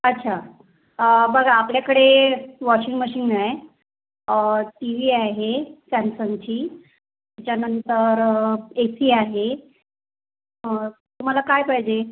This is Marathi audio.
अच्छा बघा आपल्याकडे वॉशिंग मशिन आहे टी वी आहे सॅमसंगची त्याच्यानंतर ए सी आहे तुम्हाला काय पाहिजे